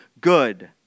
good